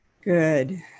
Good